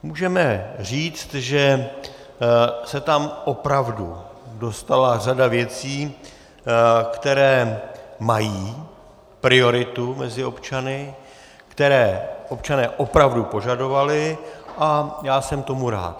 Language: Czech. Můžeme říct, že se tam opravdu dostala řada věcí, které mají prioritu mezi občany, které občané opravdu požadovali, a já jsem tomu rád.